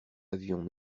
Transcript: avions